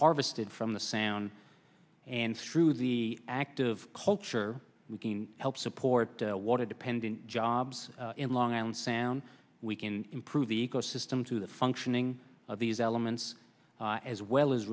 harvested from the sound and through the active culture we can help support water dependent jobs in long island sound we can improve the ecosystem through the functioning of these elements as well as